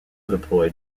deployed